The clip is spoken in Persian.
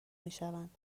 میشوند